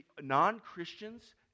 Non-Christians